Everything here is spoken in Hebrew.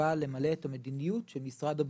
שבא למלא את המדיניות של משרד הבריאות.